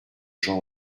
gens